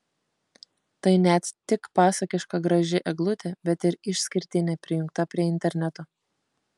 tai net tik pasakiška graži eglutė bet ir išskirtinė prijungta prie interneto